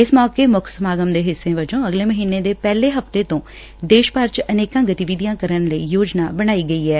ਇਸ ਮੌਕੇ ਮੁੱਖ ਸਮਾਗਮ ਦੇ ਹਿੱਸੇ ਵਜੋਂ ਅਗਲੇ ਮਹੀਨੇ ਦੇ ਪਹਿਲੇ ਹਫ਼ਤੇ ਤੋਂ ਦੇਸ਼ ਭਰ ਚ ਅਨੇਕਾਂ ਗਤੀਵਿਧੀਆਂ ਕਰਨ ਲਈ ਯੋਜਨਾ ਬਣਾਈ ਗਈ ਐ